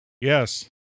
Yes